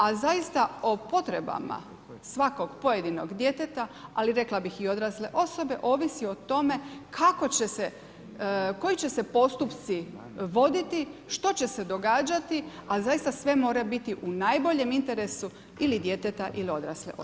A zaista o potrebama svakog pojedinog djeteta, ali rekla bih i odrasle osobe ovisi o tome kako će se, koji će se postupci voditi, što će se događati, a zaista sve mora biti u najboljem interesu ili djeteta, ili odrasle osobe.